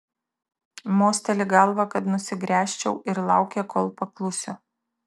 mosteli galva kad nusigręžčiau ir laukia kol paklusiu